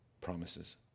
promises